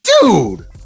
dude